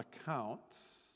accounts